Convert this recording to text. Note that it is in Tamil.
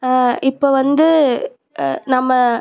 இப்போ வந்து நம்ம